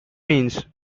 means